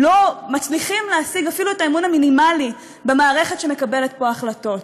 לא מצליחים להשיג אפילו את האמון המינימלי במערכת שמקבלת פה החלטות.